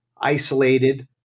isolated